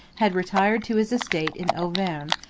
had retired to his estate in auvergne,